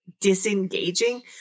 disengaging